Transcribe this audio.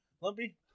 Lumpy